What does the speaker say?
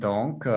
Donc